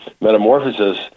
metamorphosis